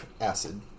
acid